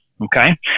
okay